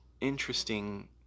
interesting